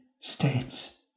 states